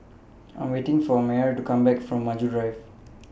I Am waiting For Myer to Come Back from Maju Rive